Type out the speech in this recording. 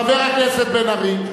חבר הכנסת בן-ארי.